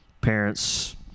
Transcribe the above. Parents